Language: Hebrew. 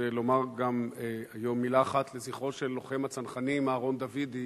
לומר גם היום מלה אחת לזכרו של לוחם הצנחנים אהרן דוידי